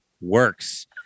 works